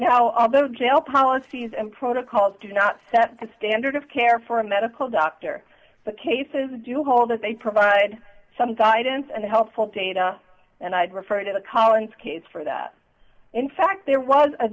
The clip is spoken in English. now although jail policies and protocols do not set the standard of care for a medical doctor the cases do hold that they provide some guidance and helpful data and i'd refer to the collins case for that in fact there was a